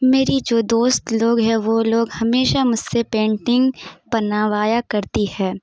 میری جو دوست لوگ ہے وہ لوگ ہمیشہ مجھ سے پینٹنگ بناوایا کرتی ہے